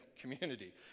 community